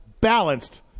balanced